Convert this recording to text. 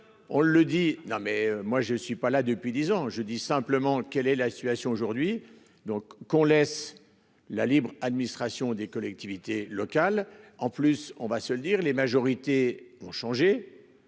On le dit. Non mais moi je suis pas là depuis 10 ans. Je dis simplement, quelle est la situation aujourd'hui. Donc qu'on laisse la libre administration des collectivités locales. En plus on va se le dire les majorités ont changé.